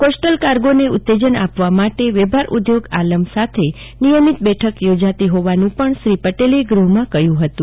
coastal કાર્ગોને ઉત્તેજન આપવા માટે વેપાર ઉદ્યોગ આલમ સાથે નિયમિત બેઠક યોજાતી હોવાનું પણ શ્રી પટેલે ગૃહમાં કહ્યું હતું